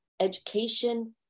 education